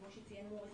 כמו שציין מוריס,